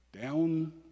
down